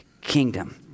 kingdom